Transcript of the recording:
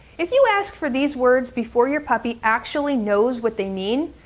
if you ask for these words before you're puppy actually knows what they mean,